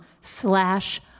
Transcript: slash